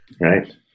right